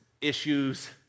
issues